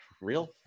real